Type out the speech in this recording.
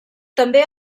també